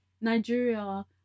Nigeria